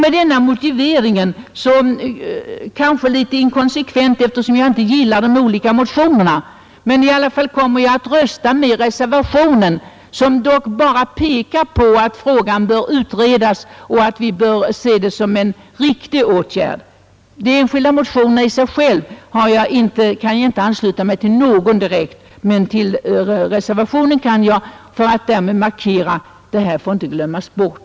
Med denna motivering kommer jag — kanske litet inkonsekvent, eftersom jag inte gillar de olika motionerna — att rösta för reservationen, som dock bara pekar på att frågan bör utredas och att vi bör se den föreslagna åtgärden som riktig. Till någon av de enskilda motionerna i sig själva kan jag alltså inte direkt ansluta mig, men till reservationen kan jag det för att därmed markera att det här inte får glömmas bort.